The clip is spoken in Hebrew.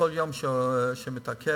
כל יום שזה מתעכב,